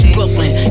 Brooklyn